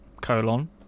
Colon